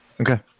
Okay